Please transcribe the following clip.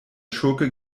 schurke